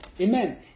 Amen